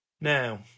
Now